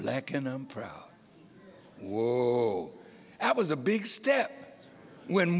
black and i'm proud or that was a big step when